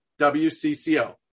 WCCO